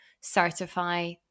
certify